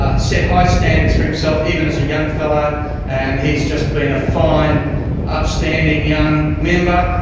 ah set high standards for himself even as a young fellow and he's just been a fine upstanding young member.